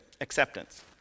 acceptance